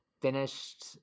finished